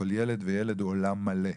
וכל ילד וילד הוא עולם מלא,